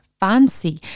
fancy